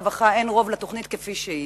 הרווחה והבריאות אין רוב לתוכנית כפי שהיא,